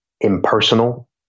impersonal